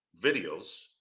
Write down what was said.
videos